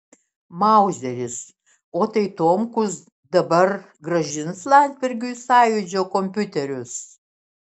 mauzeris o tai tomkus dabar grąžins landsbergiui sąjūdžio kompiuterius